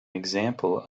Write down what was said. example